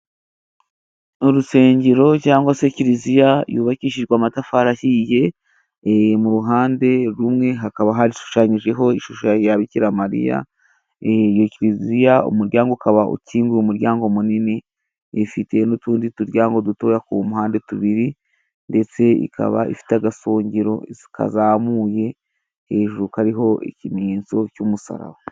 Urusengero cyangwa se kiliziya yubakishijwe amatafari ahiye, mu ruhande rumwe, hakaba hashushanyijeho ishusho ya Bikiramariya, iyo ikiliziya umuryango ukaba ukinguye, umuryango munini, ifite n'utundi turyango dutoya ku mpande tubiri, ndetse ikaba ifite agasongero kazamuye, hejuru kariho ikimenyetso cy'umusaraba.